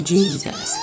Jesus